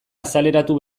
azaleratu